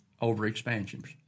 over-expansions